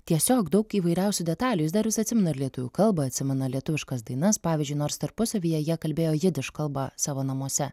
tiesiog daug įvairiausių detalių jis dar vis atsimena ir lietuvių kalbą atsimena lietuviškas dainas pavyzdžiui nors tarpusavyje jie kalbėjo jidiš kalba savo namuose